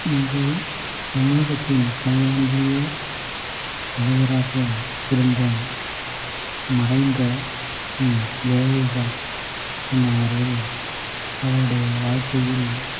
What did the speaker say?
எங்கள் சமூகத்தின் பிரந்திய தலைவராக இருந்த மறைந்த ம் ஜெயலலிதா அம்மா அவர்கள் அவளுடைய வாலழ்க்கையில்